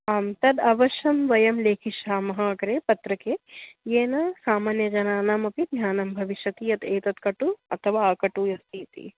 आं तद् अवश्यं वयं लेखिष्यामः अग्रे पत्रके येन सामान्यजनानामपि ज्ञानं भविष्यति यद् एतत् कटुः अथवा अकटुः अस्ति इति